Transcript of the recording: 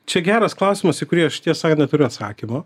čia geras klausimas į kurį aš tiesą sakant neturiu atsakymo